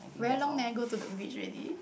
very long never go to the beach already